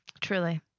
truly